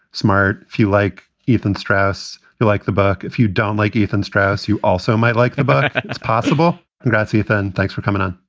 smart few like ethan stress you like the book. if you don't like ethan strauss, you also might like the book. it's possible. congrats, ethan. thanks for coming on.